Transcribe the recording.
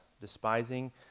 despising